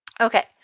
Okay